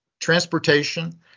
transportation